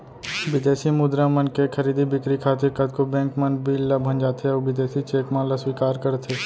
बिदेसी मुद्रा मन के खरीदी बिक्री खातिर कतको बेंक मन बिल ल भँजाथें अउ बिदेसी चेक मन ल स्वीकार करथे